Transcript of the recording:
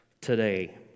today